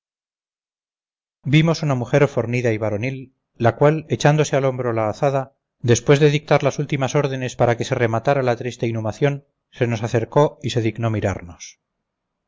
vimos una mujer fornida y varonil la cual echándose al hombro la azada después de dictar las últimas órdenes para que se rematara la triste inhumación se nos acercó y se dignó miramos